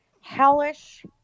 hellish